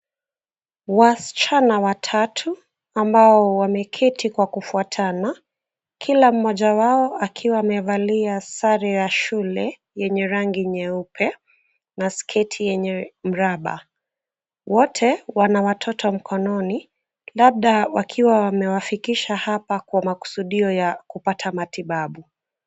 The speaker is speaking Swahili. Wasichana watatu ambao wameketi kwa kufuatana, kila mmoja wao akiwa amevalia sare ya shule yenye rangi nyeupe na sketi yenye mraba. Wote wana watoto mkononi, labda wakiwa wamewafikisha hapa kwa makusudio ya kupata matibabu.